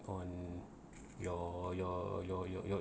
on your your your your your